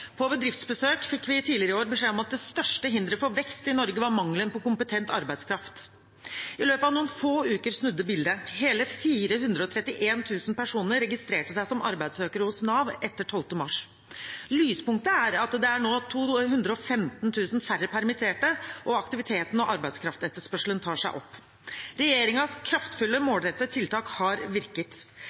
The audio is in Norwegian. var mangelen på kompetent arbeidskraft. I løpet av noen få uker snudde bildet. Hele 431 000 personer registrerte seg som arbeidssøkere hos Nav etter 12. mars. Lyspunktet er at det nå er 215 000 færre permitterte, og at aktiviteten og arbeidskraftetterspørselen tar seg opp. Regjeringens kraftfulle, målrettede tiltak har virket.